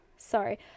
Sorry